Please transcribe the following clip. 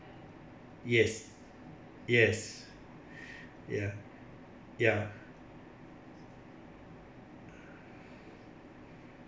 yes yes ya ya